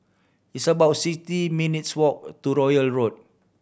it's about sixty minutes' walk to Royal Road